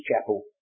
chapel